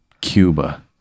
Cuba